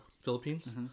Philippines